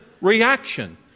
reaction